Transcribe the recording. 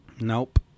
Nope